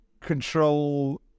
control